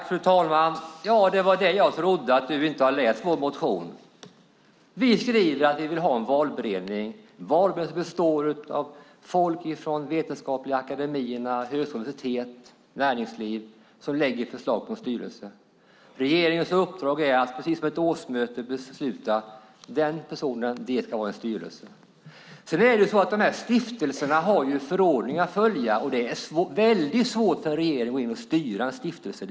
Fru talman! Det är som jag trodde. Yvonne, du har inte läst vår motion. Vi skriver där att vi vill ha en valberedning som består av folk från vetenskapliga akademier, högskolor, universitet och näringsliv som lägger fram förslag till styrelse. Regeringens uppdrag är att precis som ett årsmöte besluta att den och den personen ska vara med i styrelsen. De olika stiftelserna har förordningar att följa. Det är väldigt svårt för regeringen att gå in och styra en stiftelse.